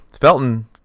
Felton